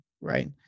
right